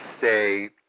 say